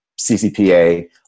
CCPA